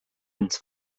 ins